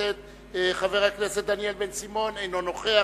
חבר הכנסת דניאל בן-סימון, אינו נוכח.